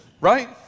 Right